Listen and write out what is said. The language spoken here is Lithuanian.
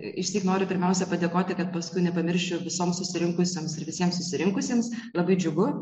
išsyk noriu pirmiausia padėkoti kad paskui nepamirščiau visoms susirinkusioms ir visiems susirinkusiems labai džiugu